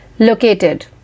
Located